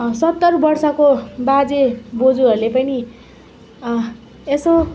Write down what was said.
सत्तर वर्षको बाजेबोजूहरूले पनि यसो